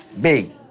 big